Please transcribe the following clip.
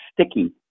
sticky